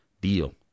deal